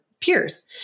peers